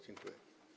Dziękuję.